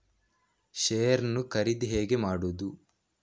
Share ನ್ನು ಖರೀದಿ ಹೇಗೆ ಮಾಡುವುದು?